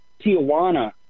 Tijuana